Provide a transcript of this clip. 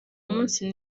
munsi